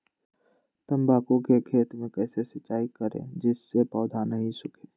तम्बाकू के खेत मे कैसे सिंचाई करें जिस से पौधा नहीं सूखे?